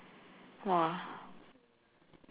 !wah!